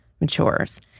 matures